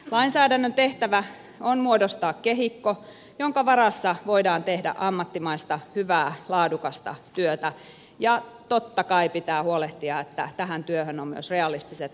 lainsäädännön tehtävä on muodostaa kehikko jonka varassa voidaan tehdä ammattimaista hyvää laadukasta työtä ja totta kai pitää huolehtia että tähän työhön on myös realistiset mahdollisuudet